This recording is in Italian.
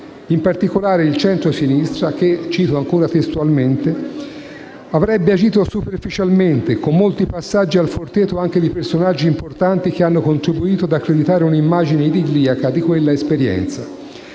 in particolare il centrosinistra, che - cito ancora testualmente - avrebbe agito «superficialmente, con molti passaggi al Forteto anche di personaggi importanti che hanno contribuito ad accreditare una immagine idilliaca di quella esperienza».